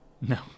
No